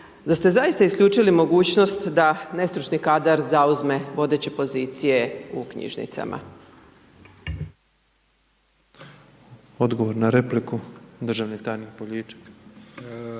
da ste zaista isključili mogućnost da nestručni kadar zauzme vodeće pozicije u knjižnicama? **Petrov, Božo (MOST)** Odgovor na repliku, državni tajnik Poljičak.